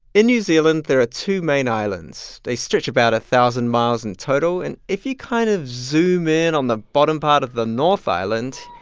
in new zealand, there are two main islands. they stretch about a thousand miles in total. and if you kind of zoom in on the bottom part of the north island,